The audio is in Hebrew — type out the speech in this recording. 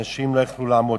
אנשים לא יכלו לעמוד,